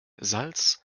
salz